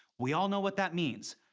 we all know what that means.